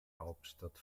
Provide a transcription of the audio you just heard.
hauptstadt